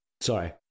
Sorry